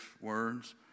words